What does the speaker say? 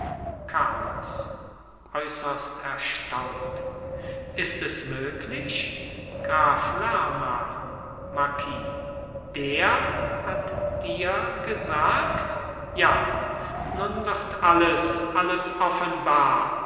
carlos äußerst erstaunt ist es möglich graf lerma marquis der hat dir gesagt ja nun wird alles alles offenbar